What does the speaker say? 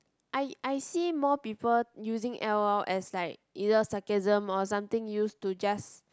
I I see more people using L_O_L as like either sarcasm or something used to just